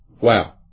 Wow